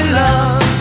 love